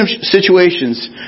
situations